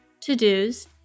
to-dos